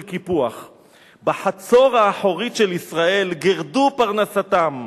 קיפוח/ בחצור האחורית של ישראל גירדו פרנסתם/